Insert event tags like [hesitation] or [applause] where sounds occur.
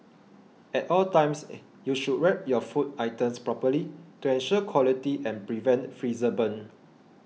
at all times [hesitation] you should wrap your food items properly to ensure quality and prevent freezer burn